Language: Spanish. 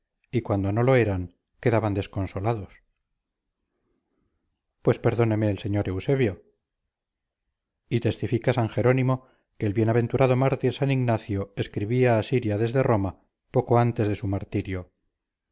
y cuando no lo eran quedaban desconsolados pues perdóneme el señor eusebio y testifica san jerónimo que el bienaventurado mártir san ignacio escribía a siria desde roma poco antes de su martirio